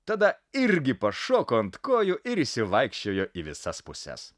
tada irgi pašoko ant kojų ir išsivaikščiojo į visas puses